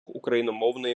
україномовної